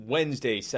Wednesday